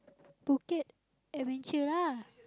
Phuket adventure lah